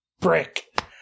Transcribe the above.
brick